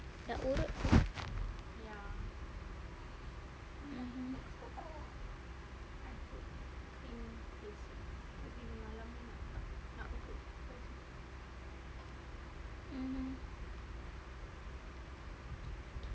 nak urut ke mmhmm